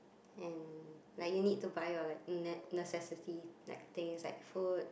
and like you need to buy your like ne~ necessities like things like food